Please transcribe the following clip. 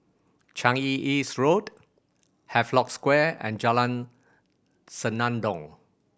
Changi East Road Havelock Square and Jalan Senandong